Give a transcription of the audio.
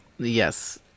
yes